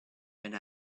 and